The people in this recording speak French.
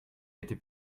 été